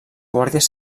guàrdies